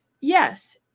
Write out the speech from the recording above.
yes